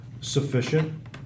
sufficient